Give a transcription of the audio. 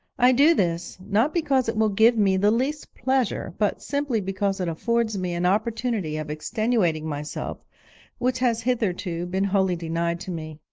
i do this, not because it will give me the least pleasure, but simply because it affords me an opportunity of extenuating myself which has hitherto been wholly denied to me.